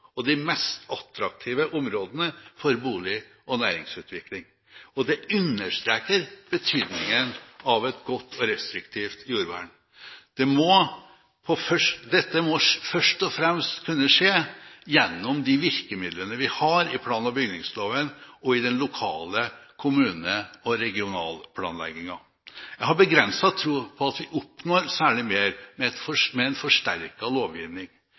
og de mest attraktive områdene for bolig- og næringsutvikling. Dette understreker betydningen av et godt og restriktivt jordvern. Dette må først og fremst kunne skje gjennom de virkemidlene vi har i plan- og bygningsloven og i den lokale kommune- og regionalplanleggingen. Jeg har begrenset tro på at vi oppnår noe særlig mer med